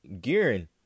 gearing